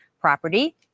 property